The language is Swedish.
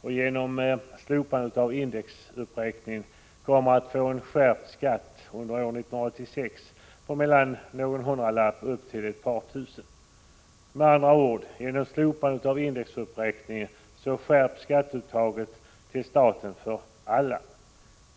och genom slopande av indexuppräkningen kommer att få skärpt skatt under 1986 på mellan någon hundralapp och upp till 2 000 kr. Med andra ord: Genom slopande av indexuppräkningen skärps skatteuttaget till staten för alla.